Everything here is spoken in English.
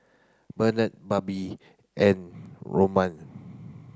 Bernard Babe and Romeo